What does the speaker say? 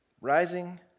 rising